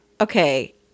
Okay